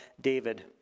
David